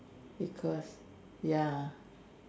because ya